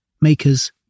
makers